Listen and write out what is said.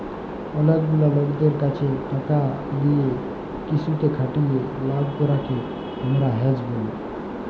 অলেক গুলা লকদের ক্যাছে টাকা লিয়ে কিসুতে খাটিয়ে লাভ করাককে হামরা হেজ ব্যলি